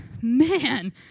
man